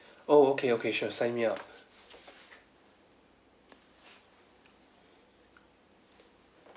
oh okay okay sure sign me up